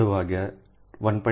5 વાગ્યે 1